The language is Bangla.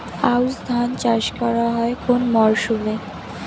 আউশ ধান চাষ করা হয় কোন মরশুমে?